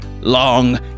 long